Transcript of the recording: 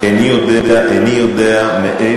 איני יודע איך